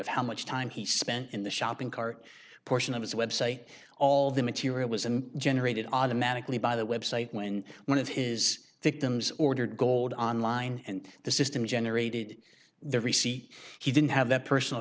of how much time he spent in the shopping cart portion of his website all the material was and generated automatically by the website when one of his victims ordered gold online and the system generated the receipt he didn't have that personal